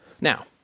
Now